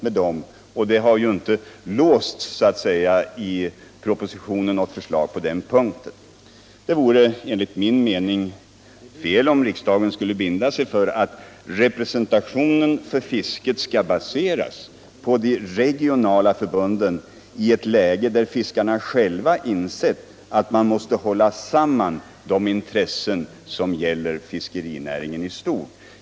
Propositionen har inte låst något förslag på den punkten. Det vore enligt min mening fel om riksdagen skulle binda sig för att representationen för fisket skall baseras på de regionala förbunden i ett läge där fiskarna själva insett att man måste hålla samman de intressen som gäller fiskerinäringen i stort.